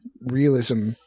realism